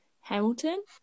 hamilton